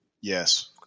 Yes